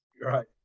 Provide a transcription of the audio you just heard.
Right